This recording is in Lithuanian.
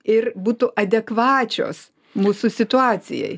ir būtų adekvačios mūsų situacijai